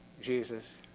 Jesus